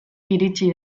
iritsi